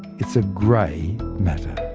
it's a grey matter